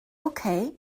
okay